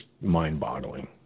mind-boggling